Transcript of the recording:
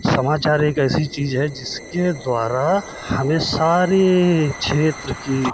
समाचार एक ऐसी चीज़ है जिसके द्वारा हमें सारे क्षेत्र की